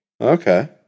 Okay